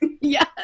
Yes